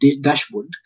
dashboard